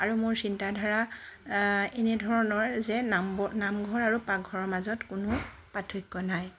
আৰু মোৰ চিন্তা ধাৰা এনেধৰণৰ যে নামব নামঘৰ আৰু পাকঘৰ মাজত কোনো পাৰ্থক্য নাই